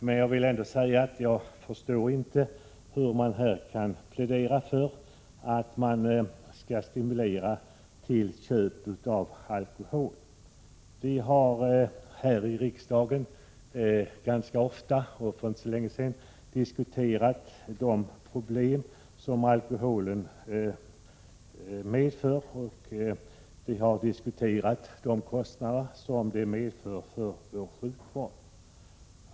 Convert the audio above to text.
Men jag vill ändå säga att jag inte förstår hur man kan plädera för att köp av alkohol skall stimuleras. Vi har här i riksdagen ganska ofta, och för inte så länge sedan, diskuterat de problem som alkoholen medför. Vi har diskuterat de kostnader som den medför för vår sjukvård.